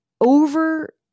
over